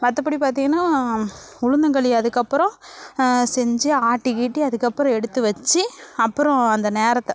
மற்ற படி பார்த்தீங்கன்னா உளுந்தங்களி அதுக்கப்புறம் செஞ்சு ஆட்டி கீட்டி அதுக்கப்புறம் எடுத்து வச்சு அப்புறம் அந்த நேரத்தை